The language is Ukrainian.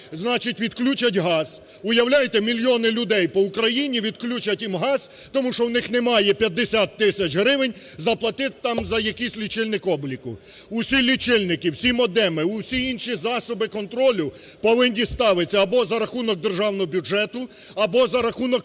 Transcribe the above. значить, відключать газ. Уявляєте, мільйони людей по Україні, відключать їм газ, тому що у них немає 50 тисяч гривень заплатити там за якийсь лічильник обліку. Усі лічильники, всі модеми, всі інші засоби контролю повинні ставитись або за рахунок державного бюджету, або за рахунок